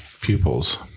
pupils